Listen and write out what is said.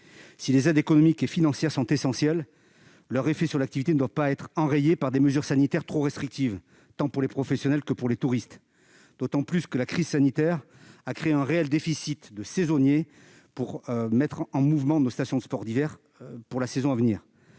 Si les aides économiques et financières sont essentielles, leurs effets sur l'activité ne doivent pas être enrayés par des mesures sanitaires trop restrictives, tant pour les professionnels que pour les touristes. De plus, la crise sanitaire a créé un véritable déficit de saisonniers, qui met en péril la mise en mouvement de nos stations de sports d'hiver lors de la saison à venir